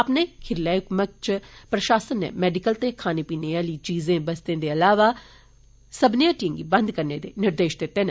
अपने खिरले हक्मै इच प्रशासन नै मैडिकल ते खाने पीने आली चीजें बस्तें दे अलावा सब्ब्ने हट्टिएं गी बंद करने दे निर्देश दिते न